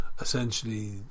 essentially